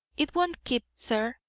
it won't keep, sir,